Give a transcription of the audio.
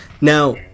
Now